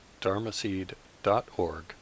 dharmaseed.org